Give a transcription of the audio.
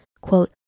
quote